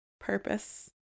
purpose